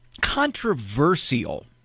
controversial